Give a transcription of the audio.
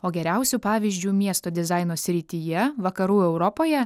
o geriausiu pavyzdžiu miesto dizaino srityje vakarų europoje